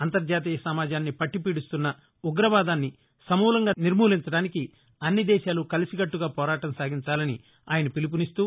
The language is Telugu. అంతర్జాతీయ సమాజాన్ని పట్టి వీడిస్తున్న ఉగ్రవాదాన్ని సమూలంగా నిర్మూలించడానికి అన్ని దేశాలు కలిసికట్టగా పోరాటం సాగించాలని ఆయన పిలుపునిస్తూ